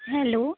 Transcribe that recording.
hello